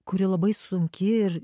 kuri labai sunki ir